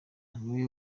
niwe